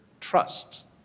trust